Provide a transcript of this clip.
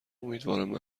امیدوارم